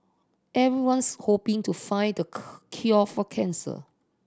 everyone's hoping to find the cure for cancer